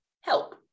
help